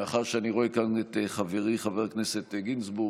מאחר שאני רואה כאן את חברי חבר הכנסת גינזבורג: